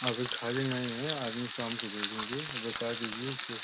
अभी ख़ाली नहीं है आदमी शाम को भेजेंगे बता दीजिए कि